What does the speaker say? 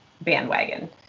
bandwagon